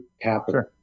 capital